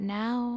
now